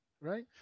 Right